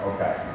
okay